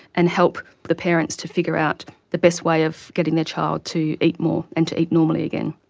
and help the parents to figure out the best way of getting their child to eat more and to eat normally again.